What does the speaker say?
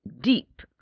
deep